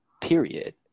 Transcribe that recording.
period